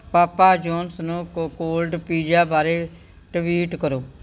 ਪਾਪਾ John's ਨੂੰ ਕੋ cold pizza ਬਾਰੇ ਟਵੀਟ ਕਰੋ